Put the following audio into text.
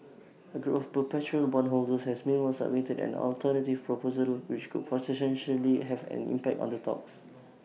A group of perpetual bondholders has meanwhile submitted an alternative proposal which could potentially have an impact on the talks